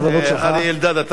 אריה אלדד, אתה אחריו.